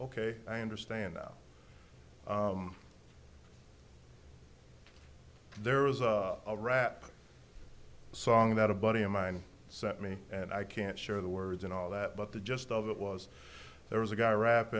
ok i understand that there was a rap song that a buddy of mine sent me and i can't share the words and all that but the gist of it was there was a guy rap